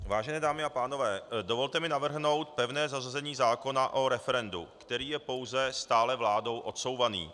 Vážené dámy a pánové, dovolte mi navrhnout pevné zařazení zákona o referendu, který je pouze stále vládou odsouvaný.